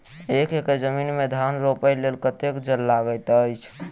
एक एकड़ जमीन मे धान रोपय लेल कतेक जल लागति अछि?